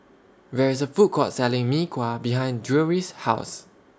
There IS A Food Court Selling Mee Kuah behind Drury's House